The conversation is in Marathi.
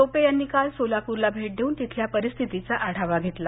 टोपे यांनी काल सोलापूरला भेट देऊन तिथल्या परिस्थितीचा आढावा घेतला